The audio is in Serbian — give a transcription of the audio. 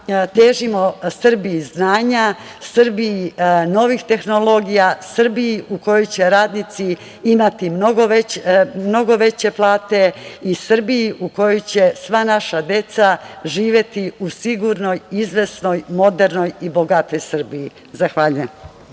težimo Srbiji znanja, Srbiji novih tehnologija, Srbiji u kojoj će radnici imati mnogo veće plate i Srbiji u kojoj će sva naša deca živeti u sigurnoj, izvesnoj, modernoj i bogatoj Srbiji. Zahvaljujem.